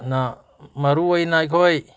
ꯅ ꯃꯔꯨ ꯑꯣꯏꯅ ꯑꯩꯈꯣꯏ